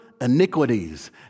iniquities